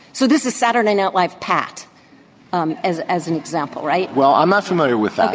so this is saturday night live. pat um as as an example right. well i'm not familiar with.